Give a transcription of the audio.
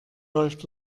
läuft